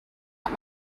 out